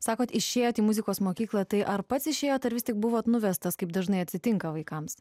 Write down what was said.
sakote išėjote į muzikos mokyklą tai ar pats išėjote ar vis tik buvo nuvestas kaip dažnai atsitinka vaikams